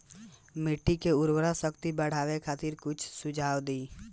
मिट्टी के उर्वरा शक्ति बढ़ावे खातिर कुछ सुझाव दी?